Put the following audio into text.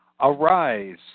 arise